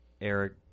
Eric